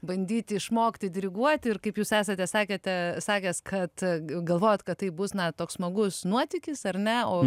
bandyti išmokti diriguoti ir kaip jūs esate sakėte sakęs kad galvojot kad tai bus na toks smagus nuotykis ar ne o